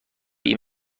این